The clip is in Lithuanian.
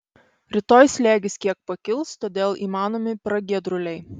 rytoj slėgis kiek pakils todėl įmanomi pragiedruliai